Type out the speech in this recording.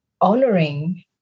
honoring